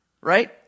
right